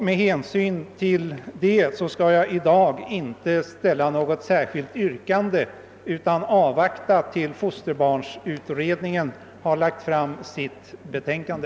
Jag skall därför i dag inte ställa något särskilt yrkande, utan avvaktar tills fosterbarnsutredningen har lagt fram sitt betänkande.